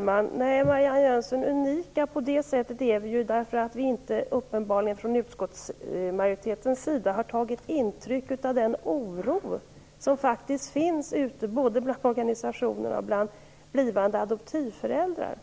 Fru talman! Vi är unika, Marianne Jönsson, därför att vi från utskottsmajoritetens sida uppenbarligen inte har tagit intryck av den oro som finns bland organisationer och blivande adoptivföräldrar.